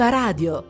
radio